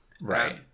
right